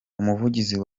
umuvugizi